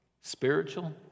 Spiritual